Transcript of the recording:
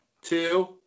Two